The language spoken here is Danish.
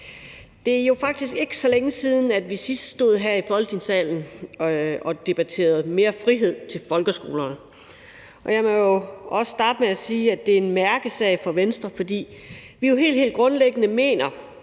Det er faktisk ikke så længe siden, vi sidst stod her i Folketingssalen og debatterede mere frihed til folkeskolerne, og jeg må også starte med at sige, at det er en mærkesag for Venstre, for vi mener jo helt grundlæggende,